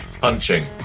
Punching